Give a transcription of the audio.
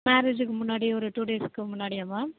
மேரேஜுக்கு முன்னாடி ஒரு டூ டேஸ்க்கு முன்னாடியா மேம்